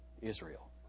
Israel